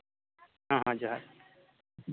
ᱦᱮᱸ ᱦᱮᱸ ᱡᱚᱦᱟᱨ